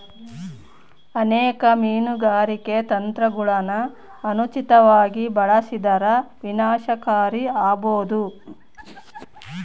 ಅನೇಕ ಮೀನುಗಾರಿಕೆ ತಂತ್ರಗುಳನ ಅನುಚಿತವಾಗಿ ಬಳಸಿದರ ವಿನಾಶಕಾರಿ ಆಬೋದು